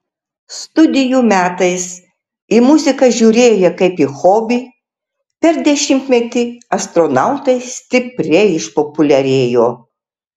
studijų metais į muziką žiūrėję kaip į hobį per dešimtmetį astronautai stipriai išpopuliarėjo